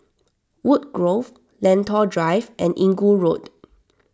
Woodgrove Lentor Drive and Inggu Road